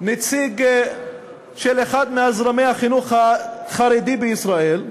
נציג של אחד מזרמי החינוך החרדי בישראל,